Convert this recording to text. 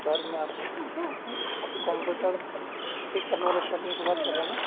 سر میں آپ آپ کمپیوٹر ٹھیک کرنے والے شاپنگ سے بات کر رہے ہیں نہ